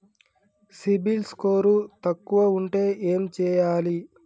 CIBIL score తక్కువ ఉంటే ఏం చేయాలి?